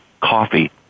coffee